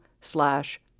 slash